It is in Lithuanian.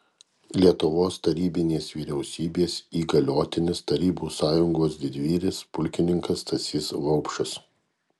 lietuvos tarybinės vyriausybės įgaliotinis tarybų sąjungos didvyris pulkininkas stasys vaupšas